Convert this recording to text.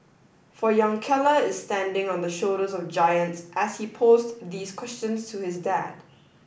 for young Keller is standing on the shoulders of giants as he posed these questions to his dad